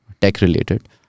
tech-related